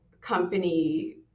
company